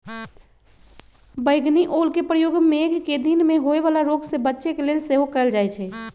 बइगनि ओलके प्रयोग मेघकें दिन में होय वला रोग से बच्चे के लेल सेहो कएल जाइ छइ